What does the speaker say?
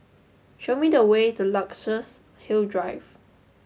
show me the way to Luxus Hill Drive